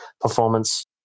performance